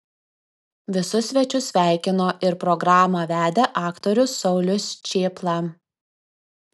visus svečius sveikino ir programą vedė aktorius saulius čėpla